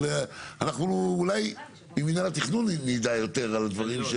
אבל אנחנו, אולי מנהל התכנון יידע יותר על הדברים.